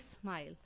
smile